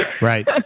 right